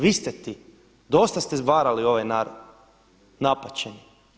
Vi ste ti, dosta ste varali ovaj narod napaćeni.